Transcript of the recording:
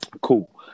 Cool